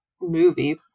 movie